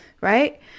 right